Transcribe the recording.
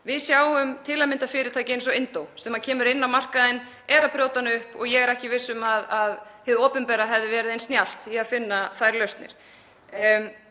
Við sjáum til að mynda fyrirtæki eins og Indó sem kemur inn á markaðinn, er að brjóta hann upp. Ég er ekki viss um að hið opinbera hefði verið eins snjallt í að finna þær lausnir.